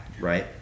right